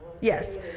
Yes